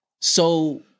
So-